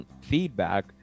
feedback